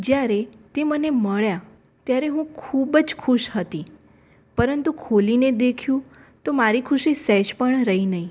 જ્યારે તે મને મળ્યા ત્યારે હું ખૂબ જ ખુશ હતી પરંતુ ખોલી ને દેખ્યું તો મારી ખુશી સહેજ પણ રહી નહીં